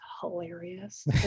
hilarious